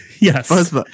Yes